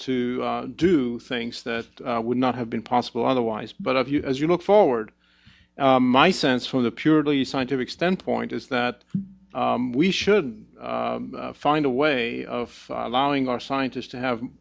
to do things that would not have been possible otherwise but i view as you look forward my sense from the purely scientific standpoint is that we should find a way of allowing our scientists to have